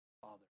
Father